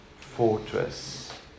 fortress